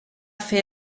fer